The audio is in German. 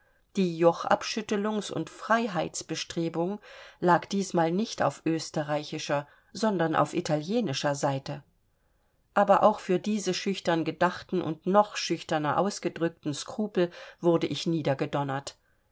die jochabschüttelungs und freiheitsbestrebung lag diesmal nicht auf österreichischer sondern auf italienischer seite aber auch für diese schüchtern gedachten und noch schüchterner ausgedrückten skrupel wurde ich